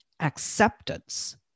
acceptance